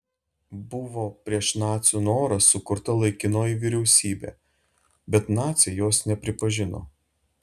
buvo prieš nacių norą sukurta laikinoji vyriausybė bet naciai jos nepripažino